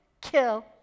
kill